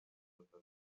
atatu